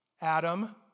Adam